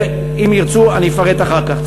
ואם ירצו, אני אפרט אחר כך.